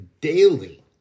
daily